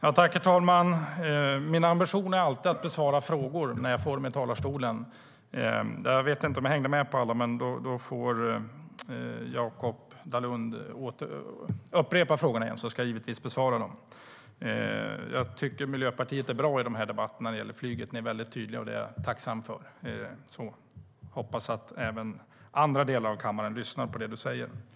Herr talman! Min ambition är alltid att besvara frågor när jag får dem i talarstolen. Jag vet inte om jag hängde med på alla, men om Jakop Dalunde upprepar frågorna ska jag givetvis besvara dem. Jag tycker att Miljöpartiet är bra i debatterna om flyget. Ni är mycket tydliga, och det är jag tacksam för. Jag hoppas att även andra delar av kammaren lyssnar på det som du säger, Jakop Dalunde.